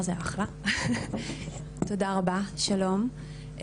תודה רבה, שלום.